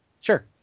Sure